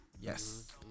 yes